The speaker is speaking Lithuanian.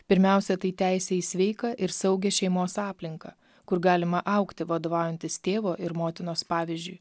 pirmiausia tai teisė į sveiką ir saugią šeimos aplinką kur galima augti vadovaujantis tėvo ir motinos pavyzdžiui